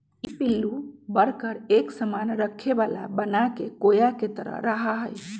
ई पिल्लू बढ़कर एक सामान रखे वाला बनाके कोया के तरह रहा हई